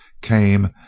came